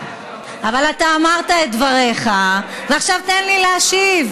אבל אתה אמרת את דבריך, ועכשיו תן לי להשיב.